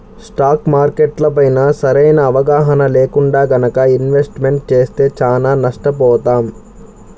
stock మార్కెట్లపైన సరైన అవగాహన లేకుండా గనక ఇన్వెస్ట్మెంట్ చేస్తే చానా నష్టపోతాం